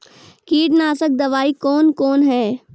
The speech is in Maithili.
कीटनासक दवाई कौन कौन हैं?